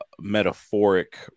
metaphoric